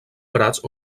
prats